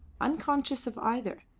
unconscious of either.